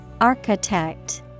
Architect